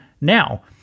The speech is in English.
now